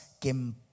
que